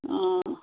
অঁ